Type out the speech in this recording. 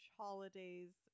holidays